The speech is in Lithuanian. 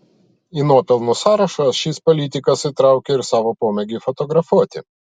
į nuopelnų sąrašą šis politikas įtraukė ir savo pomėgį fotografuoti